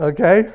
Okay